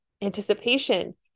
anticipation